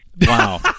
Wow